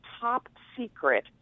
top-secret